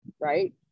Right